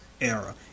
era